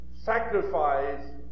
sacrifice